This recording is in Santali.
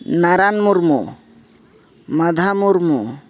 ᱱᱟᱨᱟᱱ ᱢᱩᱨᱢᱩ ᱢᱟᱫᱷᱳ ᱢᱩᱨᱢᱩ